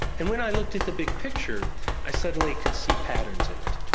and when i looked at the big picture i suddenly could see patterns in it,